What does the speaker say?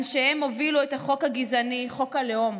אנשיהם הובילו את החוק הגזעני, חוק הלאום,